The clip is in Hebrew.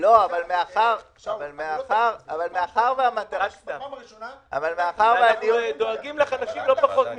אבל מאחר והדיון --- דואגים לחלשים לא פחות מכם.